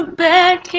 back